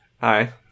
Hi